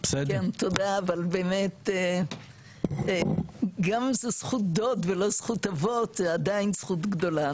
תודה אבל באמת גם זו זכות דוד ולא זכות אבות זו עדיין זכות גדולה,